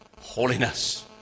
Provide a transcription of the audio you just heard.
holiness